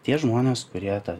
tie žmonės kurie tą